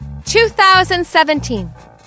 2017